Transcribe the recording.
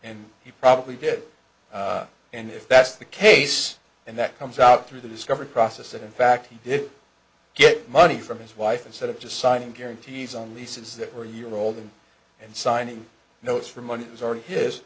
and he probably did and if that's the case and that comes out through the discovery process that in fact he did get money from his wife instead of just signing guarantees on leases that are year old and signing notes for money is already his